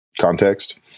context